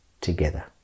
together